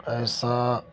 ایسا